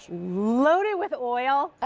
loaded with oil.